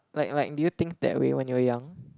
like like do you think that way when you were young